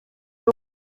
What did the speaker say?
sea